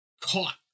caught